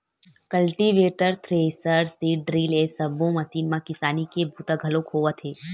cultivator, thresher, seed drill ए सब्बो machine म किसानी के बूता घलोक होवत हे